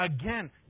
again